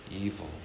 evil